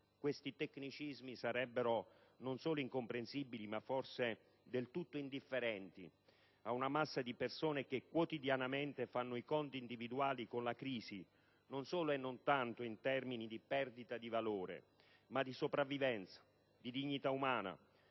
tali tecnicismi sarebbero non solo incomprensibili, ma forse del tutto indifferenti a una massa di persone che quotidianamente fa i conti individuali con la crisi, non solo e non tanto in termini di perdita di valore, ma di sopravvivenza, di dignità umana,